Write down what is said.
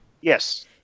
Yes